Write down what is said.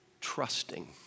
Trusting